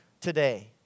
today